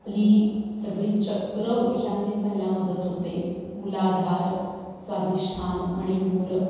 आपली सगळी चक्र ऊर्जान्वित व्हायला मदत होते मूलाधार स्वादिष्ठान मणिपूर